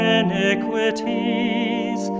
iniquities